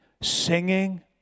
singing